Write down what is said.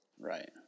Right